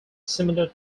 similar